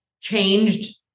changed